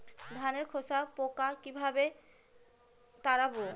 ধানে শোষক পোকা কিভাবে তাড়াব?